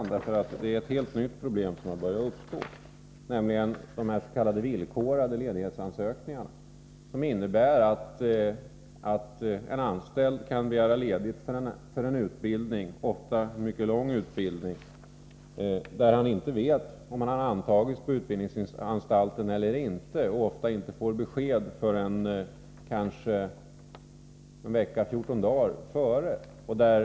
Det har nämligen börjat uppstå ett helt nytt problem, nämligen de s.k. villkorade ledighetsansökningarna, som innebär att en anställd kan begära ledighet för en utbildning, ofta en mycket lång utbildning, innan han vet om han antagits på utbildningsanstalten eller inte, och ofta inte får besked förrän kanske en vecka eller fjorton dagar före utbildningens början.